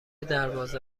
دربازه